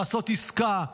לעשות עסקה,